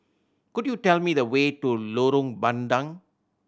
could you tell me the way to Lorong Bandang